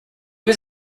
was